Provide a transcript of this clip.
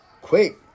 Quick